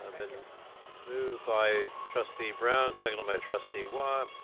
ah been moved by trustee brown, second by trustee wah.